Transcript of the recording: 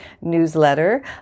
newsletter